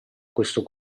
questo